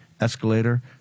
escalator